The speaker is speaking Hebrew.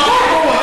ברור, ברור.